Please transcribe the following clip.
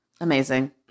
Amazing